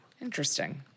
Interesting